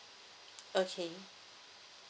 okay